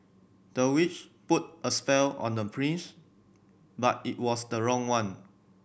the witch put a spell on the prince but it was the wrong one